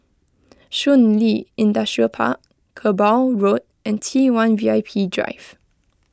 Shun Li Industrial Park Kerbau Road and T one V I P Drive